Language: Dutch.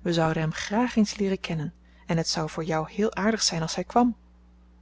we zouden hem graag eens leeren kennen en het zou voor jou heel aardig zijn als hij kwam